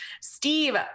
Steve